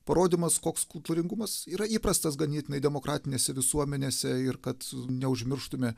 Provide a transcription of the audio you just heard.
parodymas koks kultūringumas yra įprastas ganėtinai demokratinėse visuomenėse ir kad neužmirštume